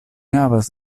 havas